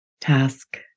task